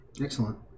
Excellent